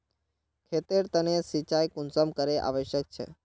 खेतेर तने सिंचाई कुंसम करे आवश्यक छै?